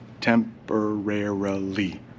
temporarily